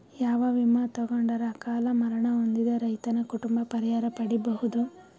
ಯಾವ ವಿಮಾ ತೊಗೊಂಡರ ಅಕಾಲ ಮರಣ ಹೊಂದಿದ ರೈತನ ಕುಟುಂಬ ಪರಿಹಾರ ಪಡಿಬಹುದು?